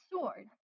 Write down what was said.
sword